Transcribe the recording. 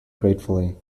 gratefully